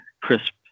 crisp